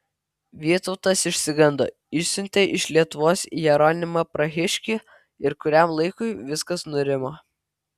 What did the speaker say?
vytautas išsigando išsiuntė iš lietuvos jeronimą prahiškį ir kuriam laikui viskas nurimo